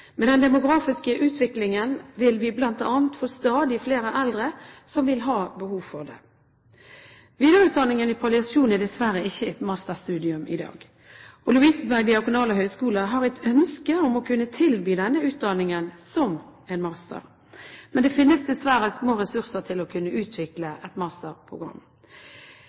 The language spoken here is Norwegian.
den demografiske utviklingen vil vi bl.a. få stadig flere eldre som vil ha behov for det. Videreutdanningen i palliasjon er dessverre ikke et masterstudium i dag. Lovisenberg diakonale høgskole har et ønske om å kunne tilby denne utdanningen som en master, men det finnes dessverre små ressurser til å kunne utvikle et